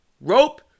rope